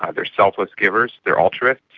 ah they're selfless givers, they're altruists,